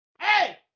Hey